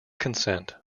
consent